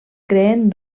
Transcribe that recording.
creen